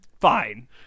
fine